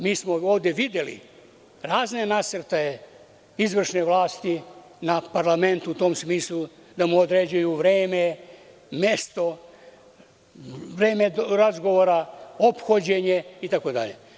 Mi smo ovde videli razne nasrtaje izvršne vlasti na parlament u tom smislu da mu određuju vreme, mesto, vreme razgovora, ophođenje itd.